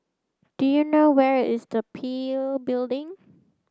do you know where is the P I L Building